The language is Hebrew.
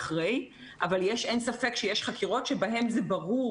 ואחרי שאמרנו את זה,